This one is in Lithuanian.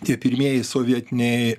tie pirmieji sovietiniai